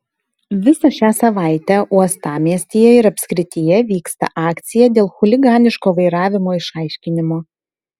visą šią savaitę uostamiestyje ir apskrityje vyksta akcija dėl chuliganiško vairavimo išaiškinimo